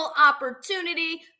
opportunity